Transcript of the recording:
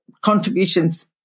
contributions